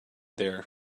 there